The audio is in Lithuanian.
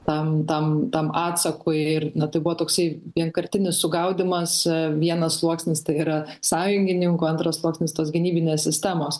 tam tam tam atsakui ir na tai buvo toksai vienkartinis sugaudymas vienas sluoksnis tai yra sąjungininkų antras sluoksnis tos gynybinės sistemos